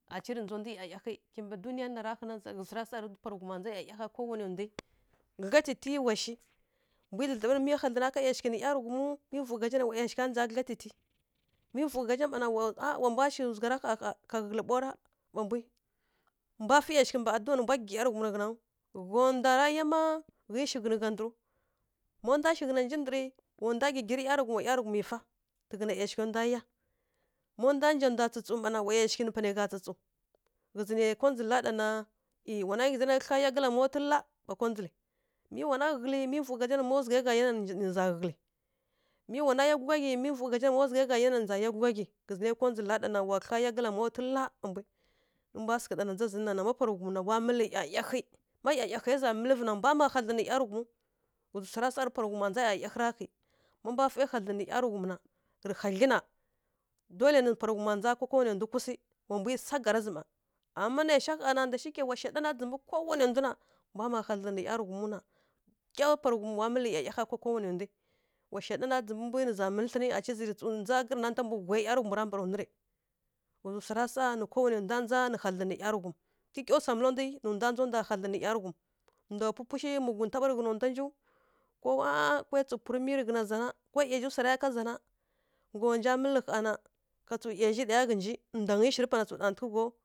Cirǝ nja nda iyayaghǝ kimɓǝ duniya na tǝraghǝ ghǝzǝ ra sa tǝ pa ri ghuma nja ndǝ iyayaghǝ ko wanǝ ndǝ gyatǝtǝ wa swǝ ghǝ dlǝdlǝɓǝ miya hadlǝn na yaughǝ nǝ ˈyaraghum mǝ vuw gha zanǝ wa yausgha baghǝrǝvǝ gyatǝtǝ mǝ vuw gha za a wa mbwa shǝ zana ka hǝli mɓǝra pa mbwǝ mbwa fǝ yausgh mɓǝ aduwa nǝ mbwa gǝgi ˈyaraghum tǝ ghǝngǝw hya nda yaa mma ghǝ shǝ ghǝnǝ nja ndǝr ma nda shǝ ghǝn nji ndǝr wa nda gǝgiri ˈyaraghum wa ˈyaraghum fa tǝghǝn yausgh nda yaa ma nda nja nda tsutsu ma wa yausghǝ nǝ hya tsutsu ghǝzǝ kongǝl ɗa na kǝlya yaa gala tuliw mǝ wa gyǝlǝ mǝ nǝ gha za na mǝ zaughǝ gha yaa nǝ za gyǝlǝ mǝ wanǝ yaa gughyi ma zaugha ra yaa nǝ za yaa gughyi ghǝzǝ nǝ ri kongǝl ɗa na wa kǝlya yaa ga la tulǝri tǝ sǝghǝ ɗa na nja zǝ nǝ na ma pa rǝ ghum na iyayaghǝ mbwa ma hadlǝn nǝ ˈyaraghum ri hadlyi na dole nǝ parǝ ghuma ka mbwagula mbwa kwisi wa mbwǝ sagarin zǝ mma nǝ sha ghana wa satan mɓǝ ko wanǝ nda na mbwa ma hadlǝn nǝ ˈyaraghum na kikya pa rǝ ghum wa mǝl iyayaghǝ kala wanǝ nda wa saɗana gimɓǝ mbwǝ nǝ mǝl tlǝnǝ cica zǝ nja gǝrǝta mɓǝ wui ˈyaraghum bara nuri ghǝ zǝ swa sa nǝ ko wunǝ nda nja nǝ hadlǝn nǝ ˈyaraghum kikya swa mǝl nda nǝ nja nda hadlǝn nǝ yaraghum wa ndǝshu na pupu mǝyǝ tǝghǝna zhana ngga wa nja mǝl ghana ndangǝ shǝrǝ pa na tsu ɗa tǝghaw